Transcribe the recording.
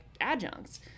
adjuncts